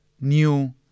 new